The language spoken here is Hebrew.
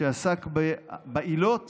שעסק בעילות